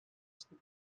zifrak